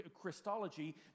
Christology